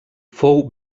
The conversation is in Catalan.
fou